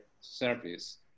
service